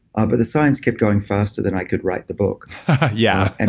ah but the science kept going faster than i could write the book yeah and